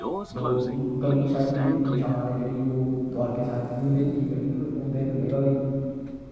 लोग गंगू शास्त्री दी पंछान ऐ जेह्ड़ी ओह् द्वारका शास्त्री हुंदे जी कन्नै उं'दे कन्नै गै होई